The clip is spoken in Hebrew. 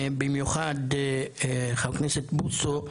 במיוחד, חבר הכנסת בוסו,